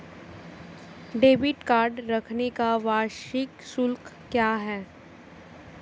Debit card रखने का वार्षिक शुल्क क्या है?